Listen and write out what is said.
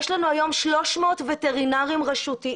יש לנו היום 300 וטרינרים רשותיים.